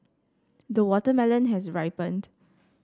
the watermelon has ripened